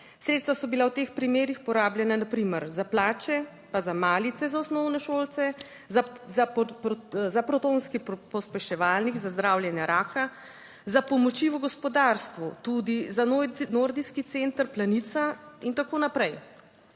Sredstva so bila v teh primerih porabljena na primer za plače, pa za malice za osnovnošolce, za protonski pospeševalnik, za zdravljenje raka, za pomoči v gospodarstvu, tudi za Nordijski center Planica in tako naprej.